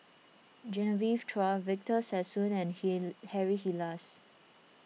Genevieve Chua Victor Sassoon and Harry Elias